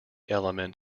element